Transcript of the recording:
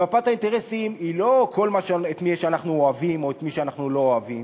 ומפת האינטרסים היא לא כל מי שאנחנו אוהבים או כל מי שאנחנו לא אוהבים,